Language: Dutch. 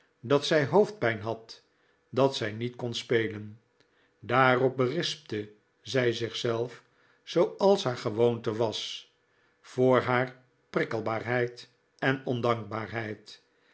dat zij hoofdpijn had dat zij niet kon spelen daarop berispte zij zichzelf zooals haar gewoonte was voor haar prikkelbaarheid en ondankbaarheid